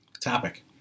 topic